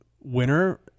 Winner